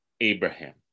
Abraham